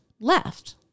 left